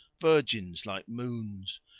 virgins like moons,